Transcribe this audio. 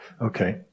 Okay